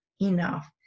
enough